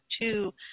two